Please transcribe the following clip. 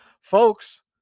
Folks